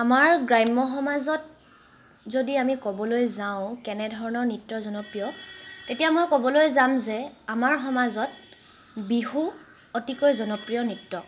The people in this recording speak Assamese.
আমাৰ গ্ৰাম্যসমাজত যদি আমি ক'বলৈ যাওঁ কেনেধৰণৰ নৃত্য জনপ্ৰিয় তেতিয়া মই ক'বলৈ যাম যে আমাৰ সমাজত বিহু অতিকৈ জনপ্ৰিয় নৃত্য